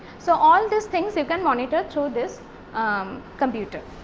so, all this things you can monitor through this computer.